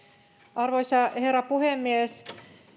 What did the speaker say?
arvoisa herra puhemies